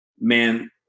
man